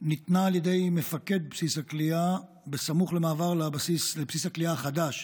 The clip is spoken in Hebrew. ניתנה על ידי מפקד בסיס הכליאה סמוך למעבר לבסיס הכליאה החדש,